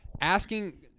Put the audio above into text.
asking